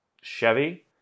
Chevy